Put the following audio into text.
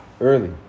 Early